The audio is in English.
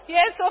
Yes